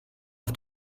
auf